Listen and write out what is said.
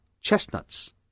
chestnuts